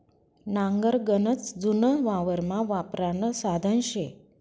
नांगर गनच जुनं वावरमा वापरानं साधन शे